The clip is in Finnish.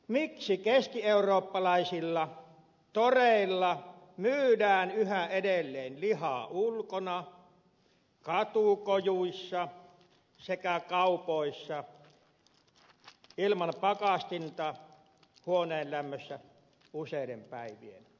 miksi keskieurooppalaisilla toreilla myydään yhä edelleen lihaa ulkona katukojuissa sekä kaupoissa ilman pakastinta huoneenlämmössä useiden päivien ajan